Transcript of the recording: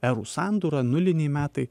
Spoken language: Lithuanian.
erų sandūrą nuliniai metai